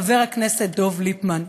חבר הכנסת דב ליפמן.